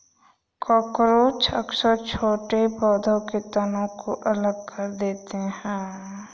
cockroach अक्सर छोटे पौधों के तनों को अलग कर देते हैं